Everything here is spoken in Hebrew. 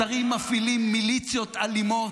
שרים מפעילים מיליציות אלימות,